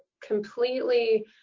completely